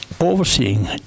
overseeing